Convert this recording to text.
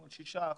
של 6%,